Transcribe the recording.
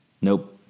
nope